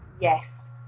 yes